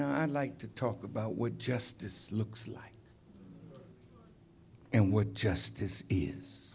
i like to talk about what justice looks like and what justice is